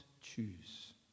choose